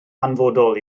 hanfodol